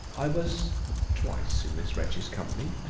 i was twice in this wretch's company.